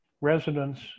residents